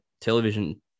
television